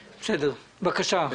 בבקשה.